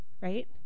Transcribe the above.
right